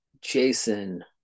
Jason